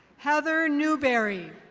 heather newberry.